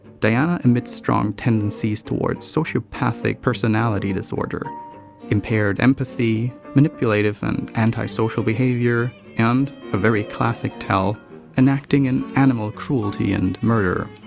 diana emits strong tendencies toward sociopathic personality disorder impaired empathy, manipulative and antisocial behavior and, a very classic tell enacting in animal cruelty and murder.